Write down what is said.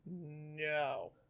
no